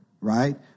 right